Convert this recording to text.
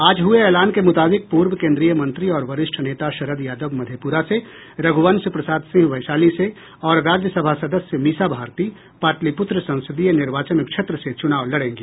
आज हुए एलान के मुताबिक पूर्व केन्द्रीय मंत्री और वरिष्ठ नेता शरद यादव मधेप्रा से रघुवंश प्रसाद सिंह वैशाली से और राज्यसभा सदस्य मीसा भारती पाटलीपुत्र संसदीय निर्वाचन क्षेत्र से चुनाव लड़ेंगी